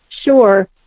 sure